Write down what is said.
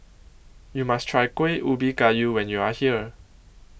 YOU must Try Kuih Ubi Kayu when YOU Are here